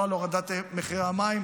לא על הורדת מחירי המים.